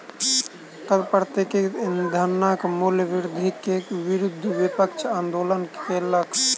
तरल प्राकृतिक ईंधनक मूल्य वृद्धि के विरुद्ध विपक्ष आंदोलन केलक